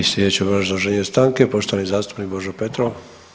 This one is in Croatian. I slijedeće obrazloženje stanke poštovani zastupnik Božo Petrov.